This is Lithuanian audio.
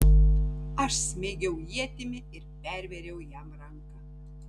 aš smeigiau ietimi ir pervėriau jam ranką